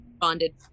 bonded